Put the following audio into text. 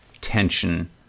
tension